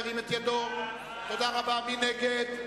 מי נגד?